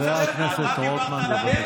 למה אתה מדבר על, חבר הכנסת רוטמן, בבקשה.